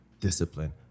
discipline